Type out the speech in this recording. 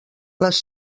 les